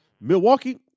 Milwaukee